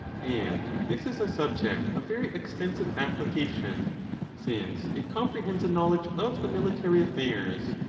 and this is a subject of very extensive application since it comprehends a knowledge of the military affairs,